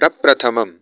प्रप्रथमम्